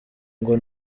ngo